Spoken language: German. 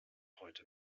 heute